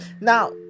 now